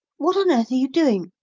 what on earth are you doing?